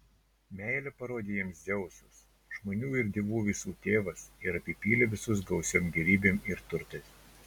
meilę parodė jiems dzeusas žmonių ir dievų visų tėvas ir apipylė visus gausiom gėrybėm ir turtais